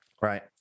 right